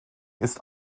ist